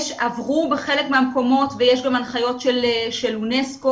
עברו בחלק מהמקומות ויש גם הנחיות של אונסק"ו,